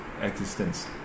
existence